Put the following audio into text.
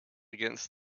against